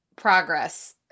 Progress